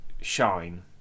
shine